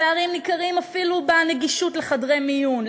הפערים ניכרים אפילו בנגישות של חדרי מיון,